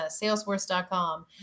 salesforce.com